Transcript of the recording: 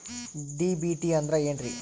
DBT ಅಂದ್ರ ಏನ್ರಿ?